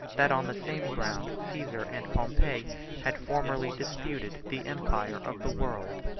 that on the same ground caesar and pompey had formerly disputed the empire of the world.